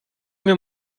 mir